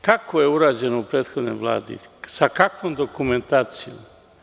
Kako je urađeno u prethodnoj Vladi, sa kakvom dokumentacijom?